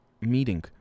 meeting